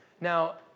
Now